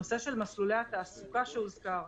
נושא של מסלולי התעסוקה שהוזכר.